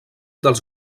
dels